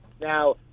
Now